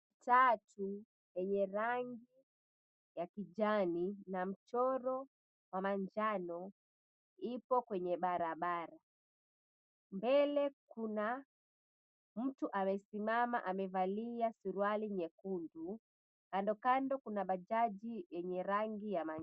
Matatu yenye rangi ya kijani na mchoro wa manjano ipo kwenye barabara. Mbele kuna mtu amesimama amevalia suruali nyekundu, kando kando kuna bajaji yenye rangi ya manjano.